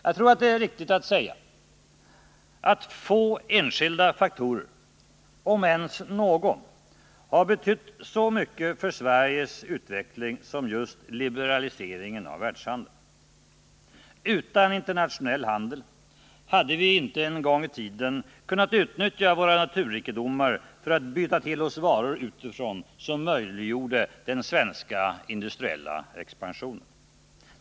Jag tror det är riktigt att säga att få enskilda faktorer — om ens någon — har betytt så mycket för Sveriges utveckling som just liberaliseringen av världshandeln. Utan internationell handel hade vi inte en gång i tiden kunnat utnyttja våra naturrikedomar för att byta till oss varor utifrån som möjliggjorde den svenska industriella expansionen.